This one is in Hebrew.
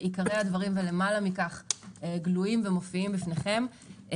עיקרי הדברים ולמעלה מכך גלויים ומופיעים בפניכם.